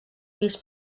pis